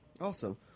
Awesome